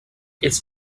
its